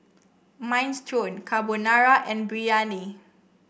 Minestrone Carbonara and Biryani